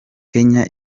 kenya